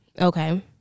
Okay